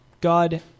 God